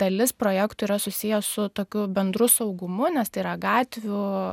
dalis projektų yra susiję su tokiu bendru saugumu nes tai yra gatvių